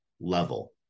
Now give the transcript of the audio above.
level